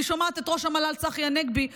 אני שומעת את ראש המל"ל צחי הנגבי אומר,